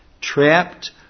trapped